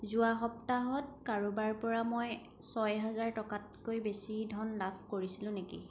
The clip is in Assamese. যোৱা সপ্তাহত কাৰোবাৰ পৰা মই ছয় হাজাৰ টকাতকৈ বেছি ধন লাভ কৰিছিলোঁ নেকি